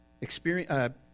Experience